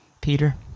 Peter